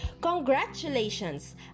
congratulations